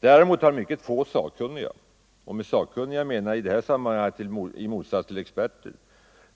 Däremot har mycket få sakkunniga - med sakkunniga menar jag i detta sammanhang, i motsats till ”experter”,